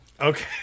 Okay